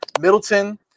Middleton